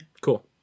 Cool